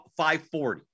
540